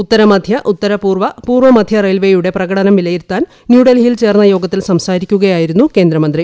ഉത്തര മധ്യ ഉത്തരപൂർവ്വ പൂർവ്വമധ്യ റെയിൽവേയുടെ പ്രകടനം വിലയിരുത്താൻ ന്യൂഡൽഹിയിൽ ചേർന്ന യോഗത്തിൽ സംസാരിക്കുകയായിരുന്നു കേന്ദ്രമന്ത്രി